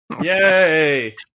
Yay